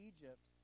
Egypt